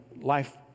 life